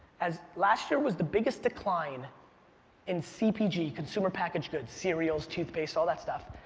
as last year was the biggest decline in cpg, consumer packaged goods, cereals, toothpaste, all that stuff.